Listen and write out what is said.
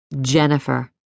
Jennifer